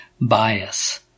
bias